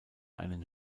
einen